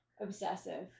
obsessive